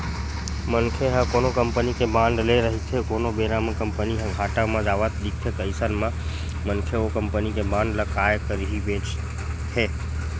मनखे ह कोनो कंपनी के बांड ले रहिथे कोनो बेरा म कंपनी ह घाटा म जावत दिखथे अइसन म मनखे ओ कंपनी के बांड ल काय करही बेंचथे